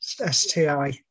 S-T-I